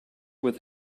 with